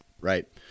right